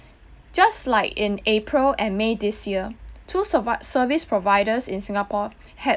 just like in april and may this year two survi~ service providers in singapore had